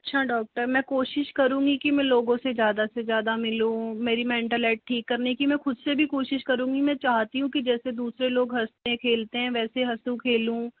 अच्छा डॉक्टर मैं कोशिश करूंगी कि मैं लोगों से ज़्यादा से ज़्यादा मिलूँ मेरी मेंटल हेल्थ ठीक करने की मैं खुद से भी कोशिश करूंगी मैं चाहती हूँ कि जैसे दूसरे लोग हँसते खेलते हैं वैसे हँसूँ खेलूँ